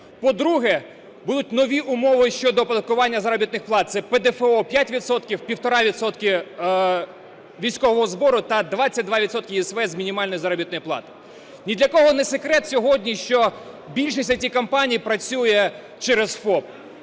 По-друге, будуть нові умови щодо оподаткування заробітних плат – це ПДФО 5 відсотків, 1,5 відсотка військового збору та 22 відсотки ЄСВ з мінімальної заробітної плати. Ні для кого не секрет сьогодні, що більшість ІТ-компаній працює через ФОП.